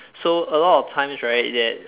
so a lot of times right that